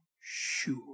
sure